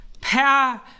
power